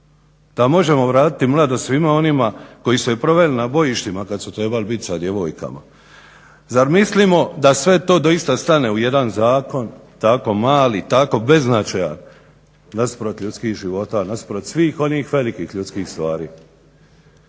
da možemo vratiti mladost svima onima koji se proveli na bojištima kada su trebali biti sa djevojkama. Zar mislimo da sve to doista stane u jedan zakon, tako mali, tako beznačajan nasuprot ljudskih života, nasuprot svih onih velikih ljudskih stvari.